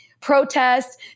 protests